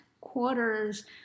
quarters